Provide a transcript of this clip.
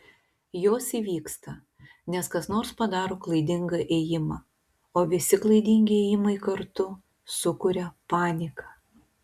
jos įvyksta nes kas nors padaro klaidingą ėjimą o visi klaidingi ėjimai kartu sukuria paniką